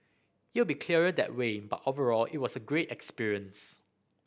it will be clearer that way but overall it was a great experience